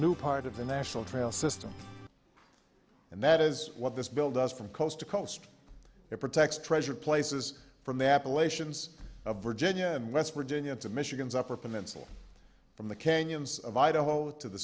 new part of the national trail system and that is what this bill does from coast to coast it protects treasured places from the appalachians of virginia and west virginia to michigan's upper peninsula from the canyons of idaho to the